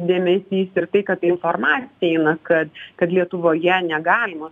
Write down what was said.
dėmesys ir tai kad ta informacija eina kad kad lietuvoje negalima